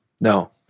No